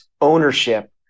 ownership